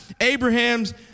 Abraham's